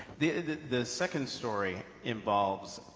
the the second story involves